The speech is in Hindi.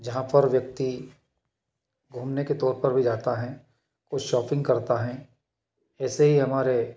जहाँ पर व्यक्ति घूमने के तौर पर भी जाता है कुछ शॉपिंग करता है ऐसे ही हमारे